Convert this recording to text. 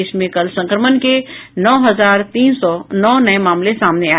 देश में कल संक्रमण के नौ हजार तीन सौ नौ नये मामले सामने आए